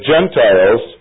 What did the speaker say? Gentiles